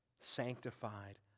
sanctified